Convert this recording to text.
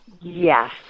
Yes